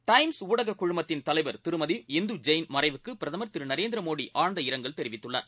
times ஊடககுழுமத்தின் தலைவர் திருமதி இந்துஜெயின் மறைவுக்குபிரதமர் திருநரேந்திரமோடிஆழ்ந்த இரங்கல் தெரிவித்துள்ளார்